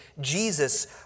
Jesus